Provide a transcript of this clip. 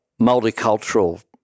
multicultural